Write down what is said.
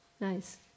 Nice